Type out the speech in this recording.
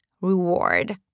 reward